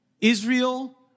Israel